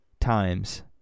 times